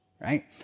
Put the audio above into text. right